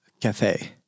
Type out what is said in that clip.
Cafe